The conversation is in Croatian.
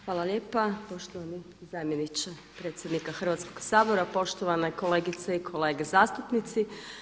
Hvala lijepa poštovani zamjeniče predsjednika Hrvatskog sabora, poštovane kolegice i kolege zastupnici.